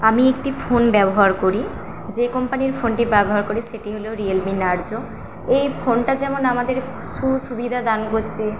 আমি একটি ফোন ব্যবহার করি যে কোম্পানির ফোনটি ব্যবহার করি সেটি হল রিয়ালমি নার্জো ওই ফোনটা যেমন আমাদের সুসুবিধা দান করছে